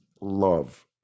love